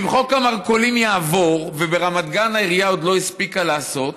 ואם חוק המרכולים יעבור וברמת גן העירייה עוד לא הספיקה לעשות,